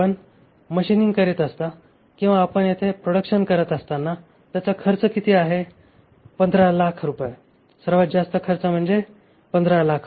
आपण मशीनिंग करीत असता किंवा आपण येथे प्रोडक्शन करत असताना त्याचा खर्च किती आहे तर 1500000 सर्वात जास्त खर्च म्हणजे 1500000